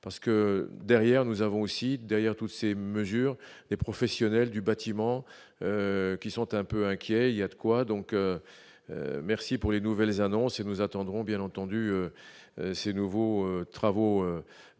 parce que, derrière, nous avons aussi derrière toutes ces mesures, les professionnels du bâtiment qui sont un peu inquiets, il y a de quoi donc merci pour les nouvelles annonces et nous attendrons, bien entendu, ces nouveaux travaux